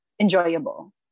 enjoyable